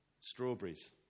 strawberries